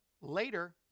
later